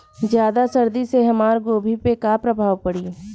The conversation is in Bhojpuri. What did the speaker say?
ज्यादा सर्दी से हमार गोभी पे का प्रभाव पड़ी?